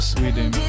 Sweden